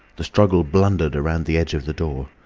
the struggle blundered round the edge of the door.